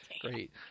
Great